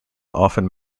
often